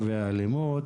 והאלימות.